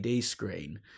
screen